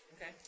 Okay